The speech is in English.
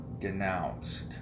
denounced